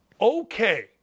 okay